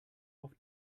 auf